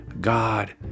God